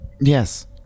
Yes